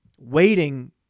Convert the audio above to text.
waiting